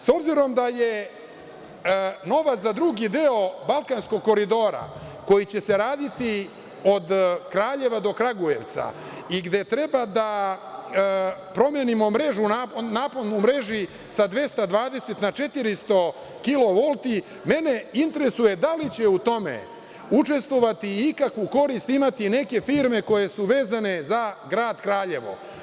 S obzirom da je novac za drugi deo balkanskog koridora, koji će se raditi od Kraljeva do Kragujevca i gde treba da promenimo napon u mreži sa 220 na 400 kilovolti, mene interesuje da li će u tome učestvovati i ikakvu korist imati neke firme koje su vezane za grad Kraljevo?